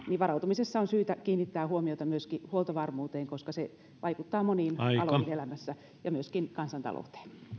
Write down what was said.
varautumisessa on syytä kiinnittää huomiota myöskin huoltovarmuuteen koska se vaikuttaa moniin aloihin elämässä ja myöskin kansantalouteen